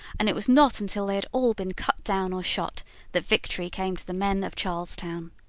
and it was not until they had all been cut down or shot that victory came to the men of charles town.